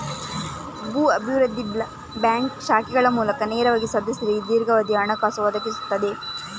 ಭೂ ಅಭಿವೃದ್ಧಿ ಬ್ಯಾಂಕ್ ಶಾಖೆಗಳ ಮೂಲಕ ನೇರವಾಗಿ ಸದಸ್ಯರಿಗೆ ದೀರ್ಘಾವಧಿಯ ಹಣಕಾಸು ಒದಗಿಸುತ್ತದೆ